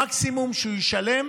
המקסימום שהוא ישלם